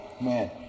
Man